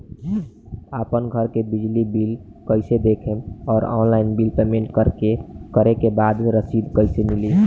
आपन घर के बिजली बिल कईसे देखम् और ऑनलाइन बिल पेमेंट करे के बाद रसीद कईसे मिली?